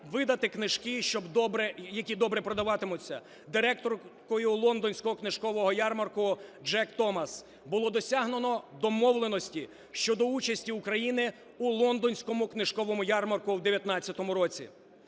видати книжки, які добре продаватимуться". Директоркою Лондонського книжкового ярмарку Джекс Томас було досягнуто домовленості щодо участі України у Лондонському книжковому ярмарку в 19-му році.